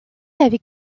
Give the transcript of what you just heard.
avec